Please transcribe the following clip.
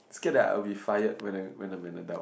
scared that I will be fired when the when the